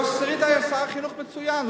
יוסי שריד היה שר חינוך מצוין.